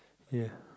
ya